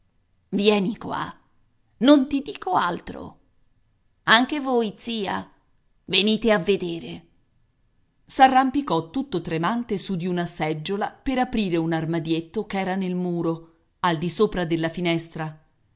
vieni qua non ti dico altro anche voi zia venite a vedere s'arrampicò tutto tremante su di una seggiola per aprire un armadietto ch'era nel muro al di sopra della finestra